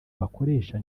abakoresha